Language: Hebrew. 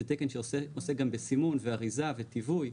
זה תקן שעוסק גם בסימון ואריזה ותוויי,